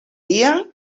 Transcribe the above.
dia